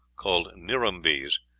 called nirumbees,